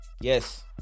yes